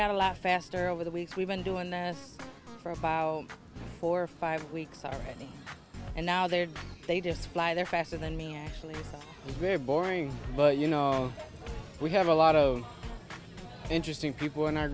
got a lot faster over the weeks we've been doing that for about four or five weeks already and now they're they just fly there faster than me and they're boring but you know we have a lot of interesting people in our